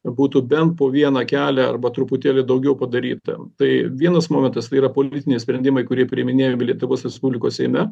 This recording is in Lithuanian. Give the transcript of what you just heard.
būtų bent po vieną kelią arba truputėlį daugiau padaryta tai vienas momentas tai yra politiniai sprendimai kurie priiminėjami lietuvos respublikos seime